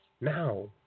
now